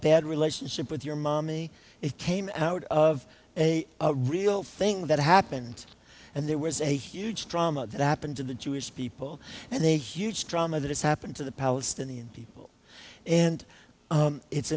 bad relationship with your mommy it came out of a real thing that happened and there was a huge trauma that happened to the jewish people and they huge trauma that has happened to the palestinian people and it's